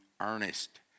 earnest